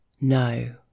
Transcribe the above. No